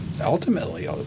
ultimately